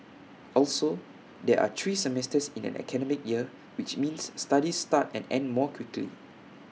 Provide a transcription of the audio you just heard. also there are three semesters in an academic year which means studies start and end more quickly